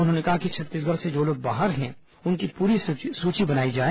उन्होंने कहा कि छत्ता ी सगढ़ से जो लोग बाहर हैं उनकी पूरी सूची तैयार की जाए